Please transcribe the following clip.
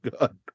god